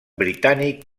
britànic